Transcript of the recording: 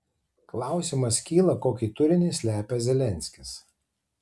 klausimas kyla kokį turinį slepia zelenskis